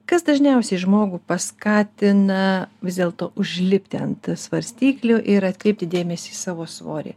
kas dažniausiai žmogų paskatina vis dėlto užlipti ant svarstyklių ir atkreipti dėmesį į savo svorį